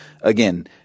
again